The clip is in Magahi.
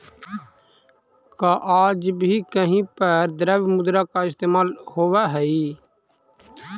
का आज भी कहीं पर द्रव्य मुद्रा का इस्तेमाल होवअ हई?